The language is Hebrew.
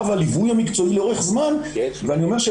והליווי המקצועי לאורך זמן ואני אומר ,